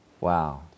Wow